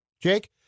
Jake